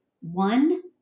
One